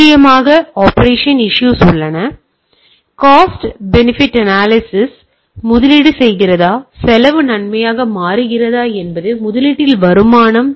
நிச்சயமாக operation issues உள்ளன cost benefit analysis இவ்வளவு முதலீடு செய்கிறதா அது செலவு நன்மையாக மாறுகிறதா என்பது முதலீட்டில் வருமானம்